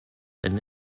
and